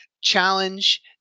challenge